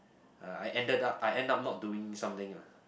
uh I ended up I end up not doing something ah